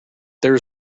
there